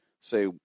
say